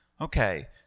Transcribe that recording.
Okay